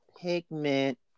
pigment